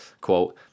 quote